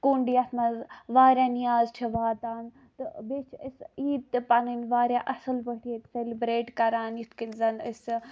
کنٛڑ یَتھ منٛز واریاہ نیاز چھُ واتان تہٕ بیٚیہِ چھِ أسۍ عید تہِ پَنٕنۍ واریاہ اصل پٲٹھۍ ییٚتہِ سیلبریٹ کَران یِتھ کٔنۍ زَن أسۍ